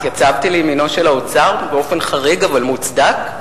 התייצבתי לימינו של האוצר באופן חריג אבל מוצדק,